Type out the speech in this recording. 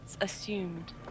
assumed